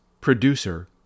Producer